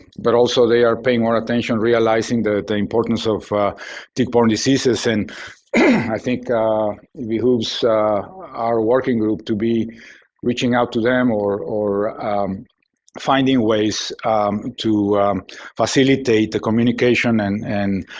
but also they are paying more attention realizing the importance of tick-borne diseases. and i think it behooves our working group to be reaching out to them or or finding ways to facilitate the communication and and